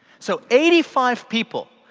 so eighty five people,